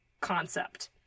concept